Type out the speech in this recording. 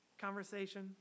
conversation